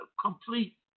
complete